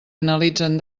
analitzen